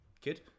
kid